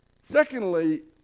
Secondly